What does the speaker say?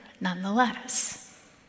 nonetheless